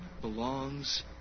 belongs